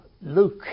Luke